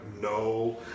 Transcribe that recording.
no